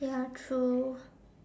ya true